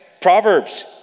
Proverbs